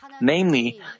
Namely